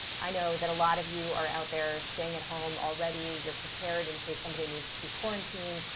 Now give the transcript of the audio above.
i know that a lot of you are out there staying at home already. you're prepared in case somebody needs to be quarantined.